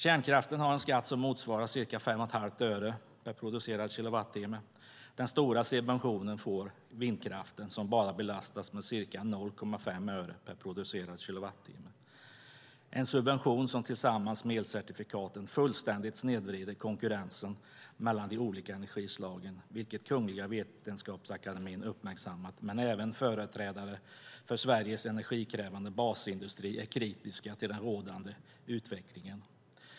Kärnkraften har en skatt som motsvarar ca 5,5 öre per producerad kilowattimme. Den stora subventionen får vindkraften, som bara belastas med ca 0,5 öre per producerad kilowattimme. Det är en subvention som tillsammans med elcertifikaten fullständigt snedvrider konkurrensen mellan de olika energislagen, vilket Kungliga Vetenskapsakademien uppmärksammat. Men även företrädare för Sveriges energikrävande basindustri är kritiska till den rådande utvecklingen.